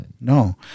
No